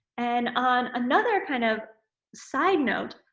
and on another kind of side note,